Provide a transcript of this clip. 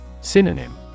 Synonym